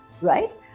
right